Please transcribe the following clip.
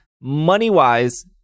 money-wise